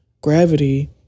gravity